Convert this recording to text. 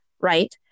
right